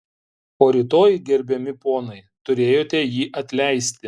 o rytoj gerbiami ponai turėjote jį atleisti